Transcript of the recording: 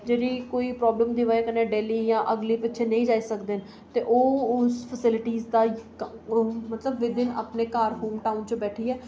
जां उ'नेंगी डेली बच्चे नेईं जाई सकदे न ते ओह् उस फेस्लिटी दा मतलब विद इन अपने घर होमटाऊन बैठियै